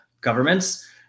governments